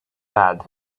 bad